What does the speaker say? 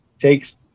takes